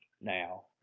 now